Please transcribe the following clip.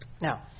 Now